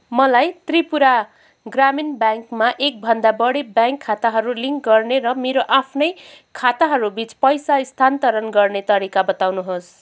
मलाई त्रिपुरा ग्रामीण ब्याङ्कमा एकभन्दा बढी ब्याङ्क खाताहरू लिङ्क गर्ने र मेरो आफ्नै खाताहरूबिच पैसा स्थानान्तरण गर्ने तरिका बताउनुहोस्